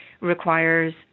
requires